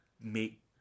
make